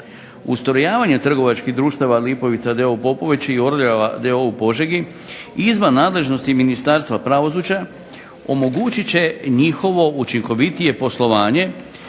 Ustrojavanje trgovačkih društava "Lipovica" d.o.o. u Popovači i "Orljava" d.o.o. u Požegi izvan nadležnosti je Ministarstva pravosuđa omogućit će njihovo učinkovitije poslovanje